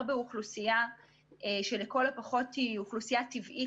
באוכלוסייה שלכל הפחות היא אוכלוסייה טבעית,